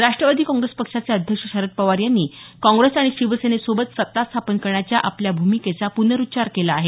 Rashtrawadi Congress पक्षाचे अध्यक्ष शरद पवार यांनी काँग्रेस आणि शिवसेनेसोबत सत्ता स्थापन करण्याच्या आपल्या भूमिकेचा प्नरुच्चार केला आहे